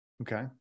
Okay